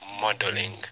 modeling